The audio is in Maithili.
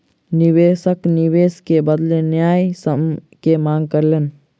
निवेशक निवेश के बदले न्यायसम्य के मांग कयलैन